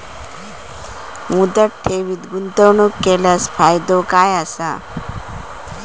मुदत ठेवीत गुंतवणूक केल्यास फायदो काय आसा?